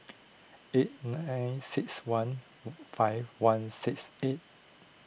eight nine six one five one six eight